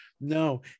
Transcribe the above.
no